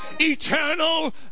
eternal